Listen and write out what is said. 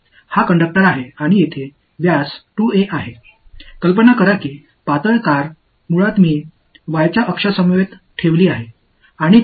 இது ஒரு கடத்தி மற்றும் விட்டம் இங்கே 2a என்று சொல்லலாம் ஒரு மெல்லிய கம்பி போன்று கற்பனை செய்து கொள்ளுங்கள் அடிப்படையில் நான் y அச்சில் வைத்திருக்கிறேன் அது ஒரு புள்ளி விவர சிக்கல்